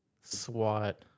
SWAT